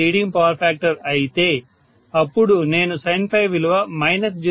8 leading power factor అయితే అప్పుడు నేను sin విలువ 0